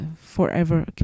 forever